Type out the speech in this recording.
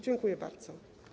Dziękuję bardzo.